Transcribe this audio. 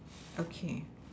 okay